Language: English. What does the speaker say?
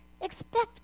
expect